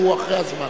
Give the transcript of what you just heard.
הוא אחרי הזמן.